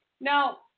Now